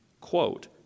quote